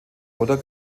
oder